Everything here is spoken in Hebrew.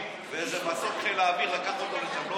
ואיזה מסוק חיל האוויר לקח אותו לשם?